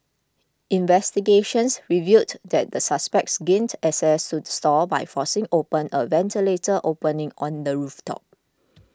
investigations revealed that the suspects gained access to the stall by forcing open a ventilator opening on the roof top